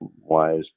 wise